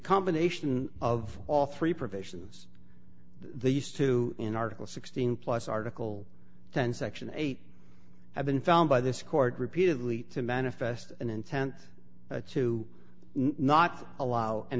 combination of all three provisions these two in article sixteen plus article ten section eight have been found by this court repeatedly to manifest an intent to not allow an